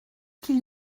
qu’il